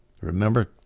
Remember